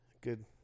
Good